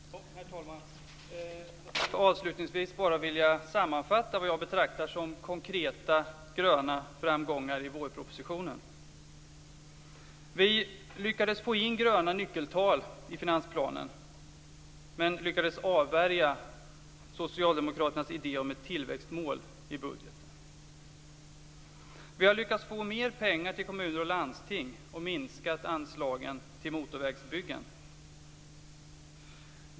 Herr talman! Jag skulle avslutningsvis bara vilja sammanfatta vad jag betraktar som konkreta gröna framgångar i vårpropositionen. Vi lyckades få in gröna nyckeltal i finansplanen och lyckades avvärja socialdemokraternas idé om ett tillväxtmål i budgeten. Vi har lyckats få mer pengar till kommuner och landsting och minskat anslagen till motorvägsbyggen.